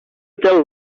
tell